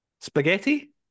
Spaghetti